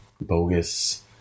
bogus